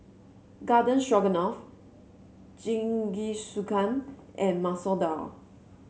Garden Stroganoff Jingisukan and Masoor Dal